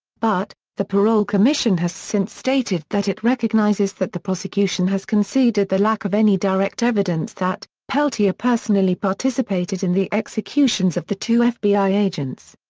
but, the parole commission has since stated that it recognizes that the prosecution has conceded the lack of any direct evidence that personally participated in the executions of the two fbi agents.